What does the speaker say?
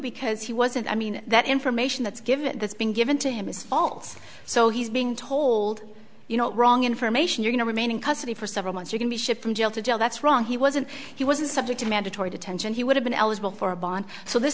because he wasn't i mean that information that's given that's been given to him is false so he's being told you know wrong information you know remain in custody for several months you can be shipped from jail to jail that's wrong he wasn't he wasn't subject to mandatory detention he would have been eligible for bond so this